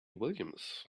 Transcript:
williams